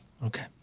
Okay